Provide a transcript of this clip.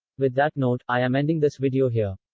with that note, i am ending this video here.